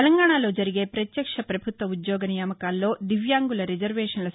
తెలంగాణలో జరిగే వత్యక్ష వభుత్వ ఉద్యోగ నియామకాల్లో దివ్యాంగుల రిజర్వేషన్ల న్ని